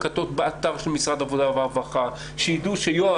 בא לבקשתה של גב' רוחמה גמרמן שביקשה